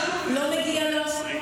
לא מגיע לו?